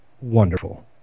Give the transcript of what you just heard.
Wonderful